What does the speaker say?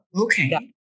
okay